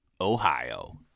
Ohio